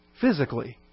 physically